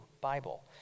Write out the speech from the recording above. Bible